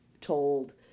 told